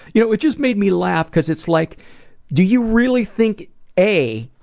you know it just made me laugh cause it's like do you really think a